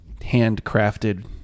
handcrafted